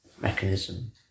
mechanism